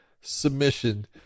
submission